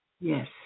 Yes